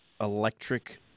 electric